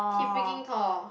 he's freaking tall